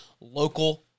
local